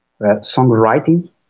songwriting